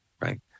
right